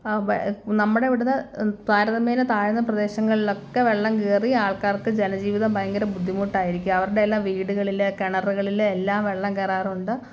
നമ്മുടെ ഇവിടത്തെ താരതമ്യേന താഴ്ന്ന പ്രദേശങ്ങളിലൊക്കെ വെള്ളം കേറി ആൾക്കാർക്ക് ജനജീവിതം ഭയങ്കര ബുദ്ധിമുട്ടായിരിക്കും അവരുടെ എല്ലാം വീടുകളില് കിണറുകളില് എല്ലാം വെള്ളം കയറാറുണ്ട്